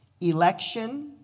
election